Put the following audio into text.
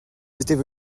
étaient